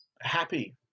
happy